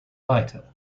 lighter